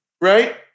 right